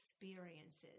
experiences